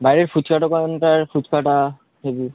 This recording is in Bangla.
বাইরের ফুচকা দোকানটার ফুচকাটা থেকে